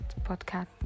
podcast